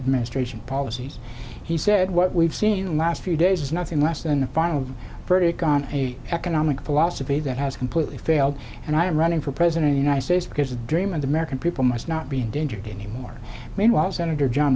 administration policies he said what we've seen the last few days is nothing less than a final verdict on the economic philosophy that has completely failed and i am running for president of the united states because the dream of the american people must not be endangered anymore meanwhile senator john